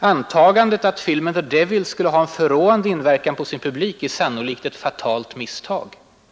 ”Antagandet att filmen ”The Devils” skulle ha en förråande inverkan på sin publik är sannolikt ett fatalt misstag.